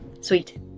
Sweet